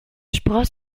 spross